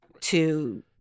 to-